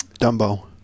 Dumbo